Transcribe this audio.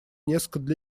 несколько